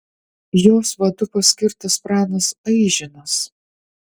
jos vadu paskirtas pranas aižinas